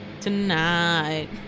Tonight